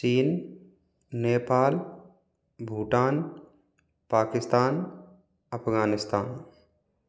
China Nepal Bhutan Pakistan Afghanistan